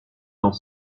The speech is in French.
dans